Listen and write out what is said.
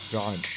John